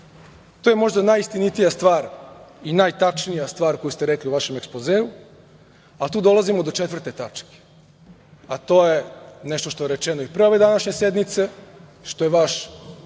To je možda najistinitija stvar i najtačnija stvar koju ste rekli u vašem ekspozeu, a tu dolazimo do četvrte tačke, a to je nešto što je rečeno i pre ove današnje sednice, što je vaš